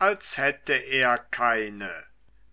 als hätte er keine